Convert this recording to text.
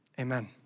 amen